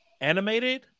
animated